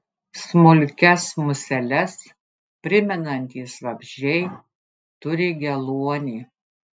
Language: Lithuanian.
smulkias museles primenantys vabzdžiai turi geluonį